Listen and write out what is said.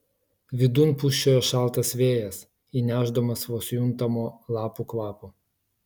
vidun pūsčiojo šaltas vėjas įnešdamas vos juntamo lapų kvapo